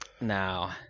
now